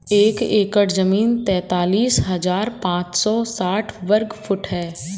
एक एकड़ जमीन तैंतालीस हजार पांच सौ साठ वर्ग फुट है